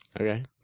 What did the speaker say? Okay